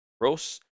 gross